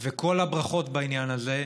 וכל הברכות בעניין הזה.